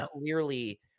clearly